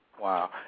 Wow